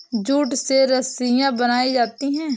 jute से रस्सियां बनायीं जाती है